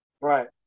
Right